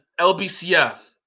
LBCF